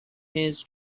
his